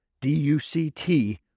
D-U-C-T